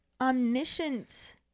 omniscient